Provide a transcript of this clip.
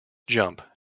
jump